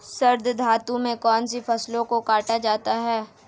शरद ऋतु में कौन सी फसलों को काटा जाता है?